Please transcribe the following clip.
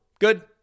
good